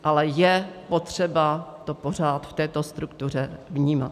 Ale je potřeba to pořád v této struktuře vnímat.